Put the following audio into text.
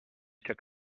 took